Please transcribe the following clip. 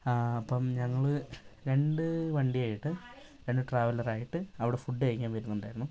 ആ അപ്പം ഞങ്ങൾ രണ്ട് വണ്ടിയായിട്ട് രണ്ട് ട്രാവല്ലറായിട്ട് അവിടെ ഫുഡ് കഴിക്കാൻ വരുന്നുണ്ടായിരുന്നു